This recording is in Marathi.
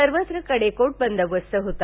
सर्वत्र कडेकोट बंदोबस्त होता